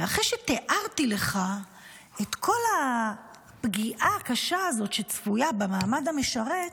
ואחרי שתיארתי לך את כל הפגיעה הקשה הזאת שצפויה במעמד המשרת,